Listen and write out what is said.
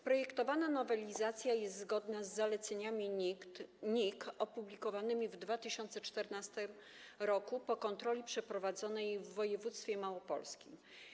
Projektowana nowelizacja jest zgodna z zaleceniami NIK opublikowanymi w 2014 r. po kontroli przeprowadzonej w województwie małopolskim.